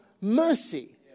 mercy